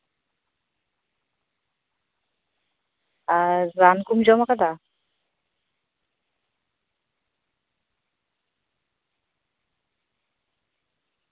ᱟᱨ ᱨᱟᱱ ᱠᱚᱢ ᱡᱚᱢ ᱟᱠᱟᱫᱟ